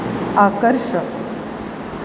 आकर्षक